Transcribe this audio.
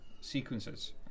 sequences